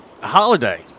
Holiday